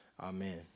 Amen